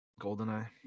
GoldenEye